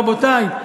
רבותי,